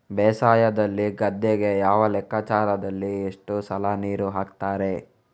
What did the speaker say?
ಬೇಸಾಯದಲ್ಲಿ ಗದ್ದೆಗೆ ಯಾವ ಲೆಕ್ಕಾಚಾರದಲ್ಲಿ ಎಷ್ಟು ಸಲ ನೀರು ಹಾಕ್ತರೆ?